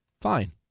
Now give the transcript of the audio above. fine